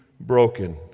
broken